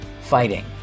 fighting